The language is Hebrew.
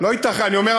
אני אומר,